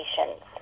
patients